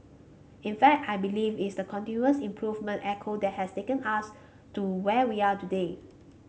in fact I believe it's the continuous improvement etho that has taken us to where we are today